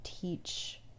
teach